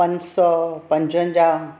पंज सौ पंजवंजाहु